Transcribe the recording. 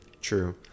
True